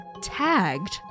tagged